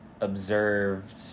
observed